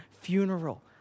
funeral